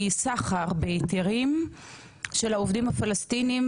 היא סחר בהיתרים של העובדים הפלסטינים,